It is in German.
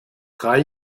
drei